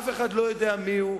אף אחד לא יודע מי הוא,